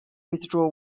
withdraw